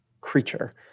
creature